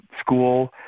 school